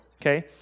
okay